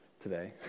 today